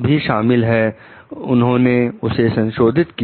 भी शामिल है उन्होंने उसे संशोधित किया